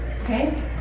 Okay